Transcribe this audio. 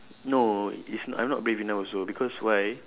no it's not I'm not brave enough also because why